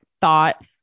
thought